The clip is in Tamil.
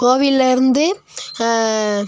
கோவில்லர்ந்து